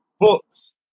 books